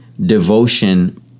Devotion